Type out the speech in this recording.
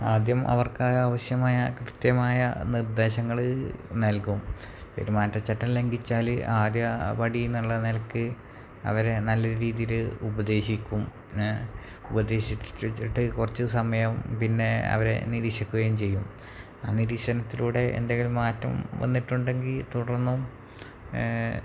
ആദ്യം അവർക്കായ ആവശ്യമായ കൃത്യമായ നിർദ്ദേശങ്ങള് നൽകും പെരുമാറ്റ ചട്ടം ലഘിച്ചാല് ആദ്യ പടിയെന്നുള്ള നിലയ്ക്ക് അവരെ നല്ലൊരു രീതിയില് ഉപദേശിക്കും ഉപദേശിച്ചിട്ട് കുറച്ച് സമയം പിന്നെ അവരെ നിരീക്ഷിക്കുകയും ചെയ്യും ആ നിരീക്ഷണത്തിലൂടെ എന്തെങ്കിലും മാറ്റം വന്നിട്ടുണ്ടെങ്കില് തുടർന്നും